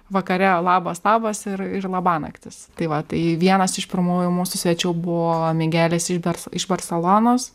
vakare labas labas ir labanaktis tai va tai vienas iš pirmųjų mūsų svečių buvo migelis iš ber iš barselonos